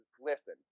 listen